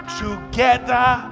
together